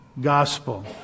gospel